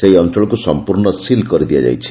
ସେହି ଅଞଳକୁ ସମ୍ମର୍ଶ୍ୱ ସିଲ୍ କରିଦିଆଯାଇଛି